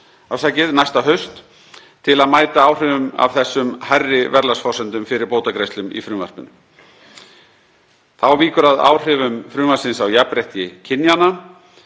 næsta haust til að mæta áhrifum af þessum hærri verðlagsforsendum fyrir bótagreiðslum í frumvarpinu. Þá víkur að áhrifum frumvarpsins á jafnrétti kynjanna.